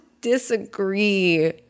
disagree